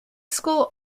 school